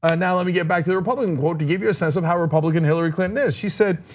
ah now let me get back to the republican quote to give you a sense of how republican hillary clinton is. she said,